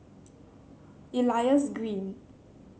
Elias Green